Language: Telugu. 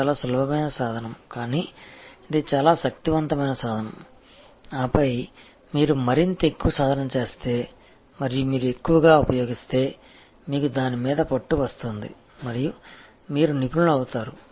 ఇది చాలా సులభమైన సాధనం కానీ ఇది చాలా శక్తివంతమైన సాధనం ఆపై మీరు మరింత ఎక్కువ సాధన చేస్తే మరియు మీరు ఎక్కువగా ఉపయోగిస్తే మీకు దాని మీద పట్టు వస్తుంది మరియు మీరు నిపుణులవుతారు